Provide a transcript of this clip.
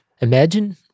Imagine